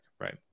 right